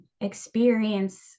experience